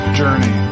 journey